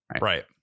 Right